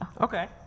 okay